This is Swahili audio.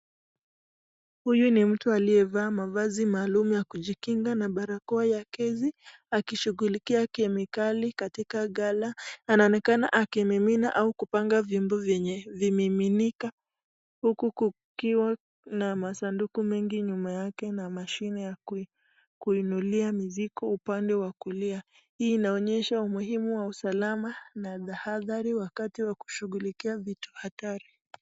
Huyu ni mtu aliyevaa mavazi maalum ya kujikinga na barakoa ya kazi, akishughulikia kemikali katika ghala na anaonekana akimimina au kupanga vyombo vyenye vimiminika huku kukiwa na masanduku mengi nyuma yake na mshini ya kuinulia mizigo upande wa kulia. Hii inaonyesha umuhimu wa usalama na hathari wakati wa kushughulikia vitu hatari.